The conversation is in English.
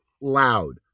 loud